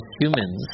humans